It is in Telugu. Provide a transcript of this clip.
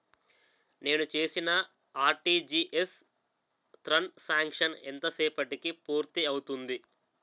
నేను చేసిన ఆర్.టి.జి.ఎస్ త్రణ్ సాంక్షన్ ఎంత సేపటికి పూర్తి అవుతుంది?